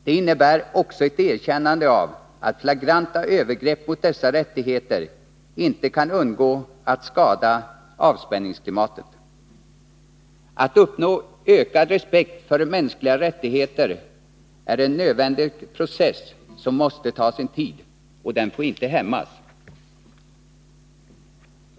Det innebär också ett erkännande av att flagranta övergrepp mot dessa rättigheter inte kan undgå att skada avspänningsklimatet. Att uppnå ökad respekt för mänskliga rättigheter är en nödvändig process, som måste ta sin tid, och den får inte hämmas.